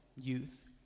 youth